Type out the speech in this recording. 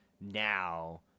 now